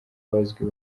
bazwi